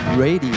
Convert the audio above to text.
Radio